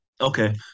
Okay